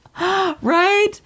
Right